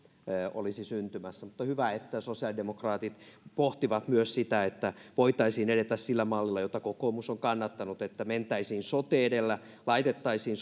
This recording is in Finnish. olisi syntymässä mutta on hyvä että sosiaalidemokraatit pohtivat myös sitä että voitaisiin edetä sillä mallilla jota kokoomus on kannattanut että mentäisiin sote edellä laitettaisiin